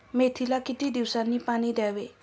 मेथीला किती दिवसांनी पाणी द्यावे?